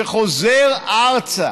שחוזר ארצה